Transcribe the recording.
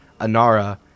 Anara